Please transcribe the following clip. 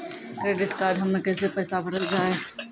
Credit card हम्मे कैसे पैसा भरल जाए?